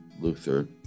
Luther